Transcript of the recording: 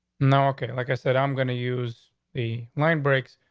no. okay. like i said, i'm going to use the mind break,